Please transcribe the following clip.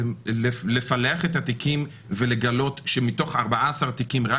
לפלח את התיקים ולגלות שמתוך 14 תיקים רק